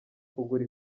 kugura